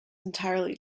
entirely